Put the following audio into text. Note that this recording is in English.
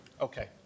Okay